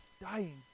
dying